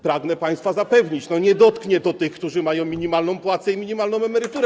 Pragnę państwa zapewnić, że nie dotknie to tych, którzy mają minimalną płacę i minimalną emeryturę.